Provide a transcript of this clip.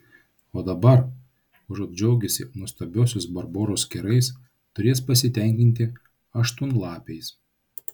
o dabar užuot džiaugęsi nuostabiosios barbaros kerais turės pasitenkinti aštuonlapiais